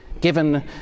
given